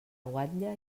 guatlla